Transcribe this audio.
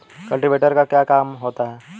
Cultivator का क्या काम होता है?